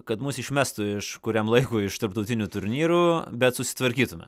kad mus išmestų iš kuriam laikui iš tarptautinių turnyrų bet susitvarkytume